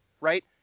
right